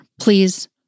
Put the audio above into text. please